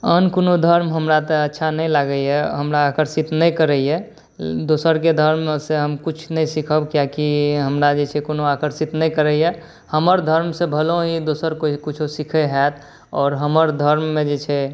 आन कोनो धर्म हमरा तऽ अच्छा नहि लागैए हमरा आकर्षित नहि करैए दोसरके धर्मसँ हम किछु नहि सीखब कियाकि हमरा जे छै कोनो आकर्षित नहि करैए हमर धर्मसँ भनहि दोसर कोइ किछु सिखैत हैत आओर हमर धर्ममे जे छै